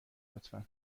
لطفا